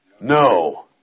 No